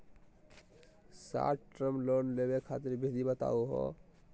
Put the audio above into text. Short term loan लेवे खातीर विधि बताहु हो?